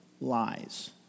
lies